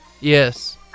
Yes